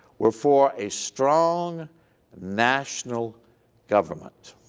were for a strong national government